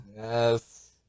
Yes